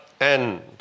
end